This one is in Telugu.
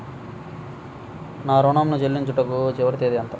నా ఋణం ను చెల్లించుటకు చివరి తేదీ ఎంత?